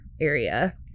area